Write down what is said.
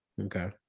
Okay